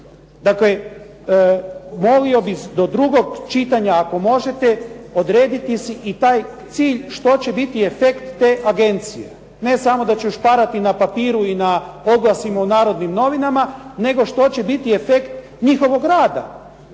Dakle, molio bih do drugog čitanja ako možete, odrediti si i taj cilj što će biti efekt te agencije. Ne samo da će ušparati na papiru i na oglasima u Narodnim novinama, nego što će biti efekt njihovog rada.